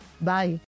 Bye